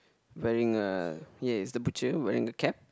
wearing a ya it's the butcher wearing a cap